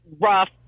rough